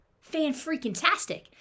Fan-freaking-tastic